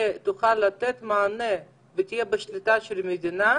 שיוכל לתת מענה ויהיה בשליטה של המדינה,